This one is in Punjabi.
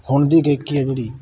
ਹੁਣ ਦੀ ਗਾਇਕੀ ਹੈ ਜਿਹੜੀ